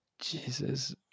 Jesus